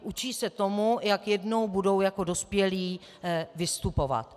Učí se tomu, jak jednou budou jako dospělí vystupovat.